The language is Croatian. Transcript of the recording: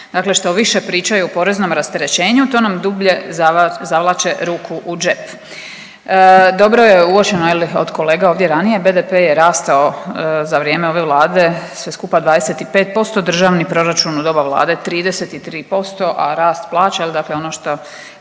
Dakle, što više pričaju o poreznom rasterećenju to nam dublje zavlače ruku u džep. Dobro je uočeno je li od kolega ovdje ranije BDP je rastao za vrijeme ove Vlade sve skupa 25% državni proračun u doba Vlade 33%, a rast plaća, dakle ono šta